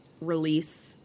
release